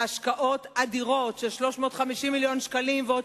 בהשקעות אדירות של 350 מיליון שקל ועוד